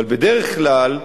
אבל בדרך כלל,